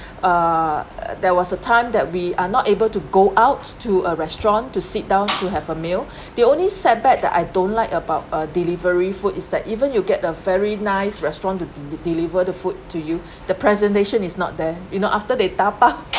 uh there was a time that we are not able to go out to a restaurant to sit down to have a meal the only setback that I don't like about uh delivery food is that even you get a very nice restaurant to de~deliver the food to you the presentation is not there you know after they tapau